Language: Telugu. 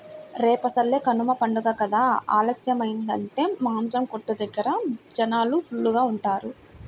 రేపసలే కనమ పండగ కదా ఆలస్యమయ్యిందంటే మాసం కొట్టు దగ్గర జనాలు ఫుల్లుగా ఉంటారు